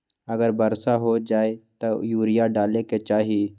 अगर वर्षा हो जाए तब यूरिया डाले के चाहि?